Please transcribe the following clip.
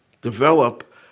develop